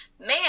man